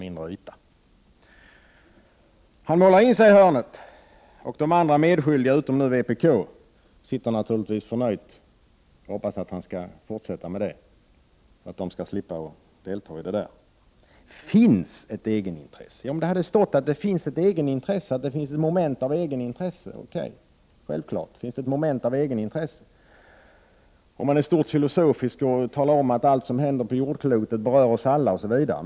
Karl-Göran Biörsmark målar in sig i hörnet, och de andra medskyldiga, utom vpk, sitter naturligtvis förnöjt och hoppas att han skall fortsätta med det, så att de skall slippa delta. Finns det ett egenintresse? Ja, om det hade stått att det finns ett moment av egenintresse hade det självfallet varit okej, eller om man hade varit filosofisk och talat om att allt som händer på jordklotet berör oss alla, osv.